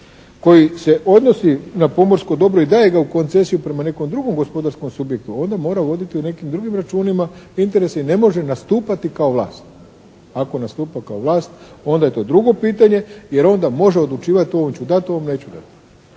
koji se odnosi na pomorsko dobro i daje ga u koncesiju prema nekom drugom gospodarskom subjektu. Ovdje mora voditi o nekim drugim računima interese i ne može nastupati kao vlast. Ako nastupa kao vlast onda je to drugo pitanje jer onda može odlučivati ovom ću dati, ovom neću dati,